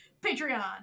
patreon